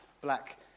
black